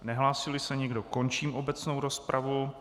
Nehlásíli se nikdo, končím obecnou rozpravu.